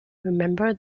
remember